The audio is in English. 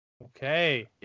Okay